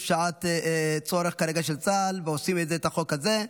יש שעת צורך כרגע של צה"ל, ועושים את החוק הזה.